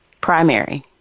Primary